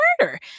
murder